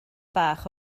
bach